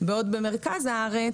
בעוד שבמרכז הארץ,